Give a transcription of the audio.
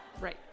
Right